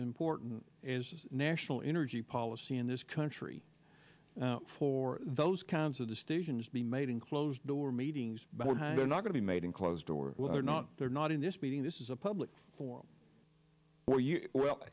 important is national energy policy in this country for those kinds of the stations be made in closed door meetings but they're not going to be made in closed doors or not they're not in this meeting this is a public forum where you well